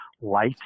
light